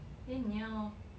then 你要